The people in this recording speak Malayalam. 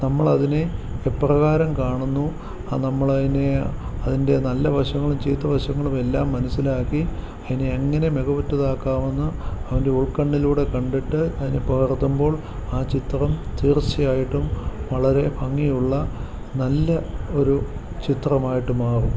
നമ്മളതിനെ എപ്രകാരം കാണുന്നു ആ നമ്മളതിനെ അതിൻ്റെ നല്ലവശങ്ങളും ചീത്തവശങ്ങളുമെല്ലാം മനസ്സിലാക്കി അതിനെ എങ്ങനെ മികവുറ്റതാക്കാമെന്ന് അവൻ്റെ ഉൾക്കണ്ണിലൂടെ കണ്ടിട്ട് അതിനെ പകർത്തുമ്പോൾ ആ ചിത്രം തീർച്ചയായിട്ടും വളരെ ഭംഗിയുള്ള നല്ല ഒരു ചിത്രമായിട്ട് മാറും